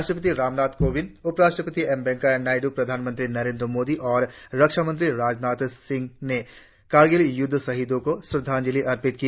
राष्ट्रपति रामनाथ कोविंद उपराष्ट्रपति एम वेंकैया नायड्र प्रधानमंत्री नरेंद्र मोदी और रक्षामंत्री राजनाथ सिंह ने कारगिल युद्ध शहीदों को श्रद्वांजलि अर्पित की